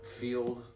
field